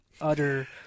utter